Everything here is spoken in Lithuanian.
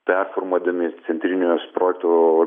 performuodami centrinius projektų